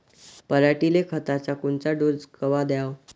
पऱ्हाटीले खताचा कोनचा डोस कवा द्याव?